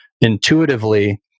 intuitively